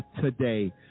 today